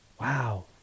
Wow